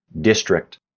District